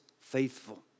faithful